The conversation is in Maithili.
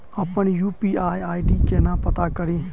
अप्पन यु.पी.आई आई.डी केना पत्ता कड़ी?